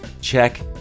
Check